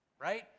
right